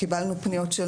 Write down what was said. קיבלנו פניות.